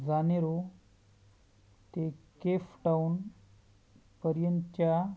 Janeiro ते Cape Town पर्यंतच्या